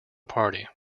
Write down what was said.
party